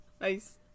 Nice